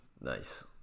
Nice